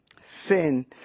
sin